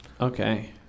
Okay